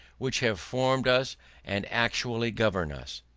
which have formed us and actually govern us.